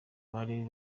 bari